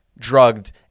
drugged